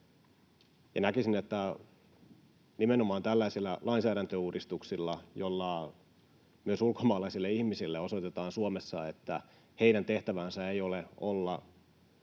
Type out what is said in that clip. Näkisin, että nimenomaan tällaisilla lainsäädäntöuudistuksilla, joilla myös ulkomaalaisille ihmisille osoitetaan Suomessa, että heidän tehtävänsä ei ole olla